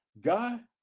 God